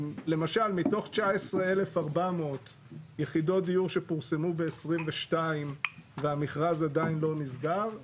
למשל מתוך 19,400 יחידות דיור שפורסמו ב-2022 והמכרז עדיין לא נסגר,